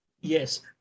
Yes